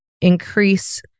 increase